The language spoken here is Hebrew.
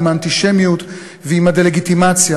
עם האנטישמיות ועם הדה-לגיטימציה,